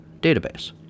database